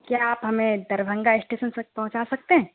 کیا آپ ہمیں دربھنگہ اسٹیسن تک پہنچا سکتے ہیں